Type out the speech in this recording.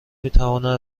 میتوانند